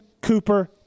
Cooper